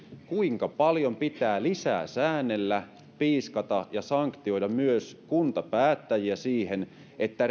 kuinka paljon pitää lisää säännellä piiskata ja sanktioida myös kuntapäättäjiä siihen että